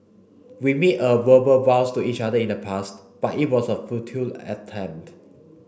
we made a verbal vows to each other in the past but it was a futile attempt